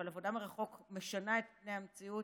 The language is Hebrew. אבל עבודה מרחוק משנה את פני המציאות.